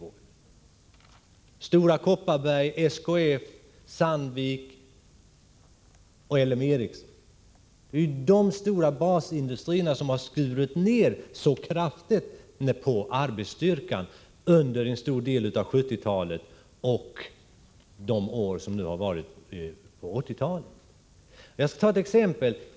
Det är de stora basindustrierna Stora Kopparberg, SKF, Sandvik och Ericsson som har skurit ned sina arbetsstyrkor så kraftigt under en stor del av 1970-talet och i början av 1980-talet. Jag skall ta ett exempel.